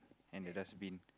and the dustbin